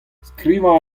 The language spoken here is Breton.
skrivañ